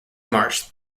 march